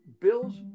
Bill's